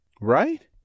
Right